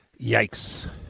Yikes